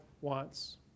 wants